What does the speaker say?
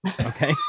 Okay